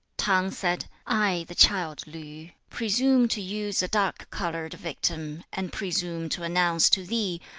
t'ang said, i the child li, presume to use a dark coloured victim, and presume to announce to thee,